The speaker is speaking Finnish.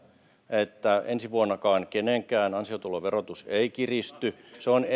että ensi vuonnakaan kenenkään ansiotuloverotus ei kiristy se on